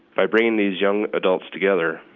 by bringing these young adults together,